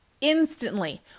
instantly